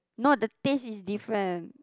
no the taste is different